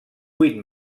vuit